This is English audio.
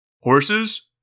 Horses